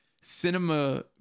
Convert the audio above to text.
Cinema